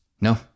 No